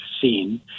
seen